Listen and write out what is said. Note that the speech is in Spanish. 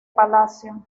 palacio